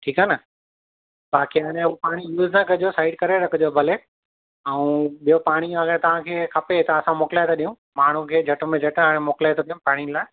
ठीकु आहे न बाक़ी हाणे हू पाणी यूज़ न कजो साइड करे रखिजो भले ऐं ॿियो पाणी अगरि तव्हांखे खपे त असां मोकिलाए था ॾियूं माण्हू खे झटि में झटि हाणे मोकिले था ॾियूं पाणी लाइ